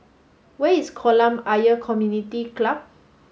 where is Kolam Ayer Community Club